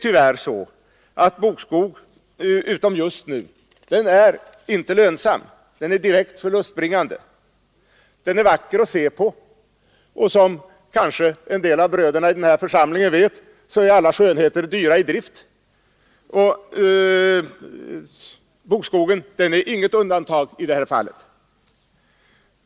Tyvärr är bokskogen — utom just nu — inte lönsam. Den är direkt förlustbringande. Den är vacker att se på, men som kanske en del av bröderna i den här församlingen vet är alla skönheter dyra i drift. I det fallet är bokskogen inget undantag.